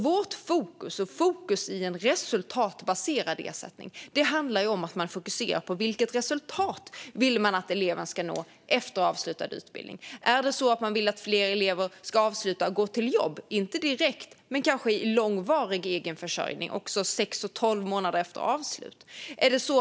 Vårt fokus och fokus i en resultatbaserad ersättning handlar om vilket resultat man vill att eleven ska nå efter avslutad utbildning. Vill man att fler elever ska avsluta och gå till jobb, kanske inte direkt men i långsiktig egenförsörjning, till exempel sex eller tolv månader efter avslutad utbildning?